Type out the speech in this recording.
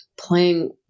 playing